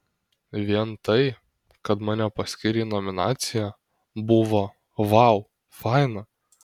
vien tai kad mane paskyrė į nominaciją buvo vau faina